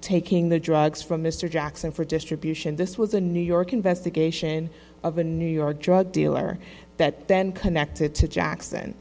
taking the drugs from mr jackson for distribution this was a new york investigation of a new york drug dealer that then connected to jackson